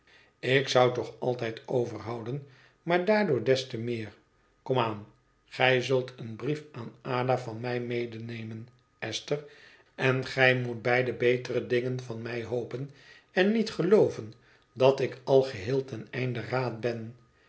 ik zou toch altijd overhouden maar daardoor des te meer kom aan gij zult een brief aan ada van mij medenemen esther en gij moet beide betere dingen van mij hopen en niet gelooven dat ik al geheel ten einde raad ben